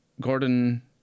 Gordon